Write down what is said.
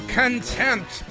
contempt